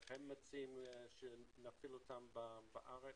איך הם מציעים להפעיל אותם בארץ.